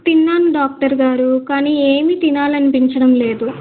తిన్నాను డాక్టర్ గారు కానీ ఏమి తినాలి అనిపించడం లేదు